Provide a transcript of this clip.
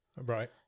right